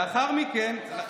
לאחר מכן,